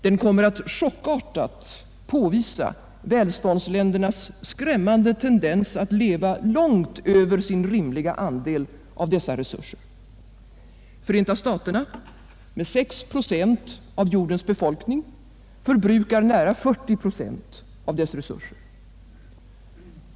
Den kommer att chockartat påvisa välståndsländernas skrämmande tendens att leva långt över sin rimliga andel av dessa resurser. Förenta staterna, med 6 procent av jordens befolkning, förbrukar nära 40 procent av dess resurser.